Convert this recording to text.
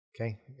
Okay